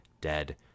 dead